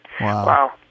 wow